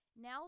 Now